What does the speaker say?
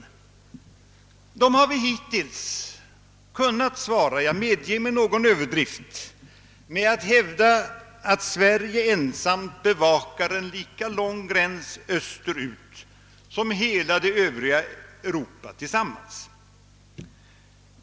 Då har vi hittills kunnat svara — jag medger med någon överdrift — att Sverige ensamt bevakar en lika lång gräns österut som hela det övriga Europa tillsammans.